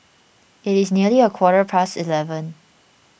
it is nearly a quarter past eleven